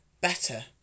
better